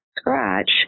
scratch